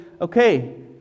okay